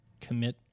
commit